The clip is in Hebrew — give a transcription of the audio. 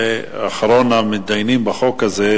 ואחרון המתדיינים בחוק הזה,